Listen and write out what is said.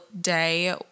day